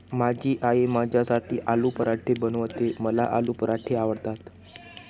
माझी आई माझ्यासाठी आलू पराठे बनवते, मला आलू पराठे आवडतात